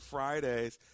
Friday's